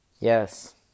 Yes